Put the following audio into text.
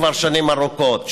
כבר שנים ארוכות.